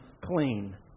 clean